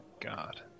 god